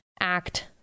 Act